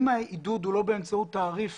אם העידוד הוא לא באמצעות תעריף